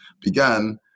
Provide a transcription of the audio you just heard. began